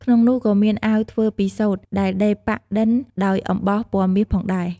ក្នុងនោះក៏៏មានអាវធ្វើពីសូត្រដែលដេរប៉ាក់ឌិនដោយអំបោះពណ៌មាសផងដែរ។